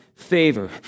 Favor